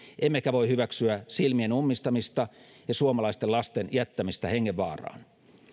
emmekä voi hyväksyä silmien ummistamista ja suomalaisten lasten jättämistä hengenvaaraan